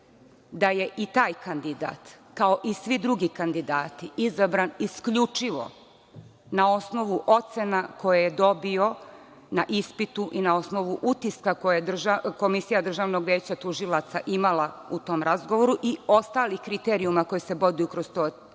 da je i taj kandidat, kao i svi drugi kandidati, izabran isključivo na osnovu ocena koje je dobio na ispitu i na osnovu utiska koji je komisija Državnog veća tužilaca imala u tom razgovoru i ostalih kriterijuma koji se boduju kroz tu ocenu.